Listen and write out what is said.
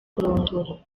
kurongora